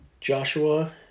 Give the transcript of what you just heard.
Joshua